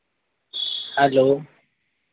hello